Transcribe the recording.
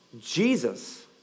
Jesus